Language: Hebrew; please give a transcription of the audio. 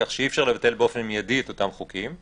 כך שאי אפשר לבטל באופן מיידי את אותם חוקים.